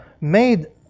made